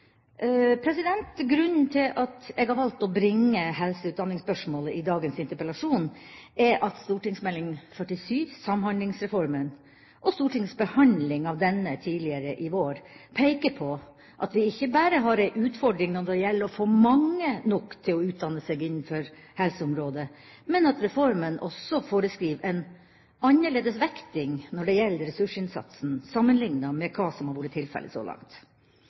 Grunnen til at jeg har valgt å bringe helse- og utdanningsspørsmålet i dagens interpellasjon, er at St.meld. nr. 47 for 2008–2009, Samhandlingsreformen, og Stortingets behandling av denne tidligere i vår peker på at vi ikke bare har en utfordring når det gjelder å få mange nok til å utdanne seg innenfor helseområdet, men at reformen også foreskriver en annerledes vekting når det gjelder ressursinnsatsen sammenliknet med hva som har vært tilfellet så langt.